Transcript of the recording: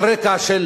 על רקע של